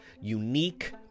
unique